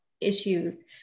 issues